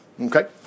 Okay